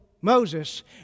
Moses